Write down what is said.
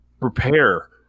prepare